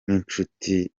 n’incuti